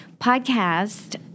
podcast